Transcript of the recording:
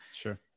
Sure